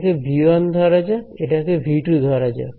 এটাকে V 1 ধরা যাক এটাকে V2 ধরা যাক